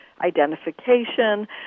Identification